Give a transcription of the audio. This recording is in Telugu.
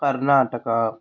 కర్ణాటక